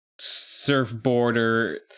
surfboarder